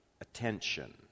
attention